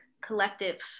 collective